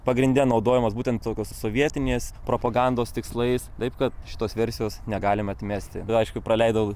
pagrinde naudojamas būtent tokios sovietinės propagandos tikslais taip kad šitos versijos negalima atmesti aišku praleidau